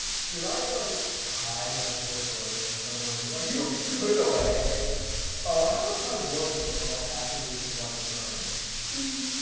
should i and like hi my simple peroneus somewhere like you shoot put it away ah, how about my war paint or my tattoos symbolizing herodias? she?